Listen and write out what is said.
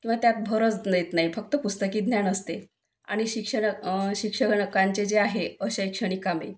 किंवा त्यात भरच देत नाही किंवा फक्त पुस्तकी ज्ञान असते आणि शिक्षण शिक्षकांचे जे आहे अशैक्षणिक कामे